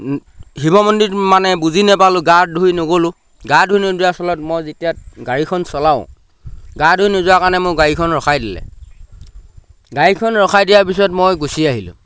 শিৱ মন্দিৰ মানে বুজি নাপালোঁ গা ধুই নগ'লোঁ গা ধুই নোযোৱা স্থলত মই যেতিয়া গাড়ীখন চলাওঁ গা ধুই নোযোৱাৰ কাৰণে মোৰ গাড়ীখন ৰখাই দিলে গাড়ীখন ৰখাই দিয়াৰ পিছত মই গুচি আহিলোঁ